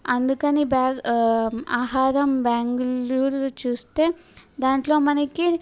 అందుకని బ్యాగ్ ఆహారం బ్యాగ్లు చూస్తే దాంట్లో మనకి